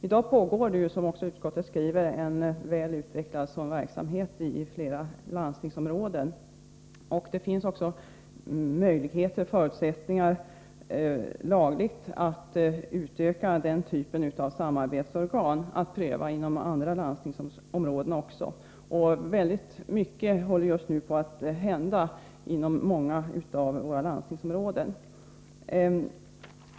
I dag pågår, som utskottet skriver, en väl utvecklad sådan verksamhet i flera landstingsområden. Det finns också lagliga förutsättningar att utöka den typen av samarbetsorgan och pröva detta även inom andra landstingsområden. Mycket håller just nu på att hända inom många av våra landstingsområden.